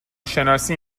شناسی